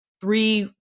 three